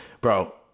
bro